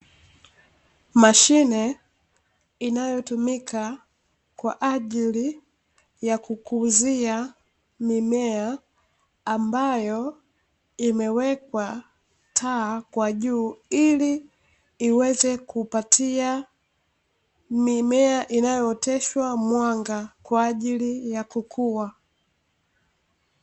Mashine inayotumika kwa ajili ya kukuzia mimea, ambayo imewekwa taa kwa juu, ili iweze kuupatia mimea inayooteshwa mwanga, kwa ajili ya kukua.